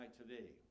today